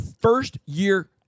first-year